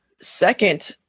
second